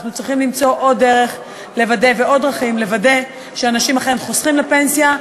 אנחנו צריכים למצוא עוד דרכים לוודא שאנשים אכן חוסכים לפנסיה,